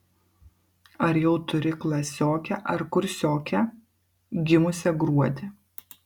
ar jau turi klasiokę ar kursiokę gimusią gruodį